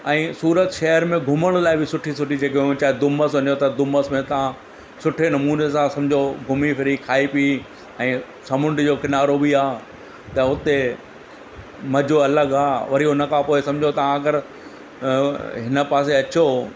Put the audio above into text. ऐं सूरत शहर में घुमण लाइ बि सुठी सुठी जॻहियूं चाहे धूमस वञो त धूमस में तव्हां सुठे नमूने सां सम्झो घुमी फिरी खाई पी ऐं समुंड जो किनारो बि आहे त हुते मज़ो अलॻि आहे वरी उन खां पोइ सम्झो तव्हां अगरि अ हिन पासे अचो